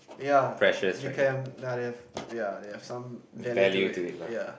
yeah they can that if yeah they have some value to it yeah